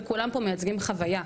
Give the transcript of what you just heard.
וכולם פה מייצגים חוויה.